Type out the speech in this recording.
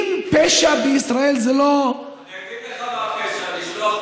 תשאל באגף ההוא, למה